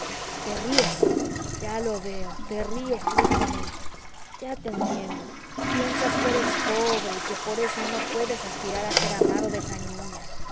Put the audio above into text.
te ríes ya lo veo te ríes tristemente ya te entiendo piensas que eres pobre y que por eso no puedes aspirar a ser amado de esa niña